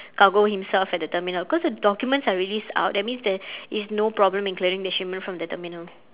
cargo himself at the terminal cause the documents are released out that means there is no problem in clearing the shipment from the terminal